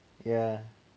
ya